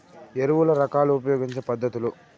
ఎరువుల రకాలు ఉపయోగించే పద్ధతులు?